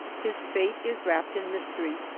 his fate is wrapped in mystery.